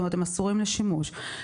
כלומר אסורים לשימוש.